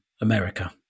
America